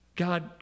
God